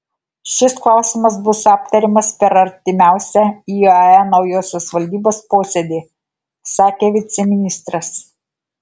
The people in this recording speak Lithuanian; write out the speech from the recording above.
šis klausimas bus aptariamas per artimiausią iae naujosios valdybos posėdį sakė viceministras